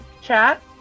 chat